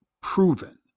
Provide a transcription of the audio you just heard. proven